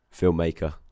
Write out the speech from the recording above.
filmmaker